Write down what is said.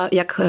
jak